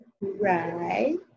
right